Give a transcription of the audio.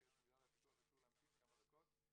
הוא ביקש ממגדל הפיקוח אישור להמתין כמה דקות,